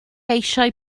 eisiau